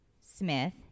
Smith